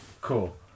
Cool